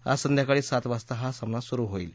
आज संध्याकाळी सात वाजता हा सामना सुरु होईल